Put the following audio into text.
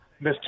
Mr